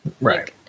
Right